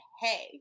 hey